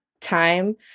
time